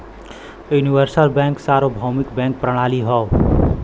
universal bank सार्वभौमिक bank प्रणाली हौ